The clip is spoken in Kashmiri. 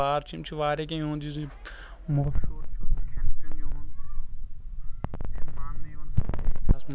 آر چھِ یِم چھِ واریاہ کیٚنٛہہ یُہُنٛد یُس یہِ موشوٗر چھُ کھٮ۪ن چٮ۪ن یِہُنٛد یہِ چھِ ماننہٕ یِوان منٛز